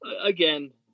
Again